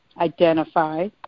identify